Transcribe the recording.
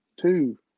two